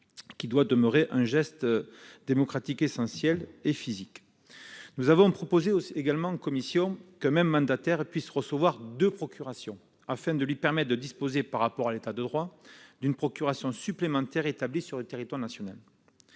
lequel doit demeurer un geste démocratique essentiel et physique. Nous avons également proposé en commission qu'un même mandataire puisse recevoir deux procurations, afin de lui permettre de disposer d'une procuration supplémentaire établie sur le territoire national.